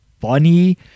funny